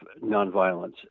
nonviolence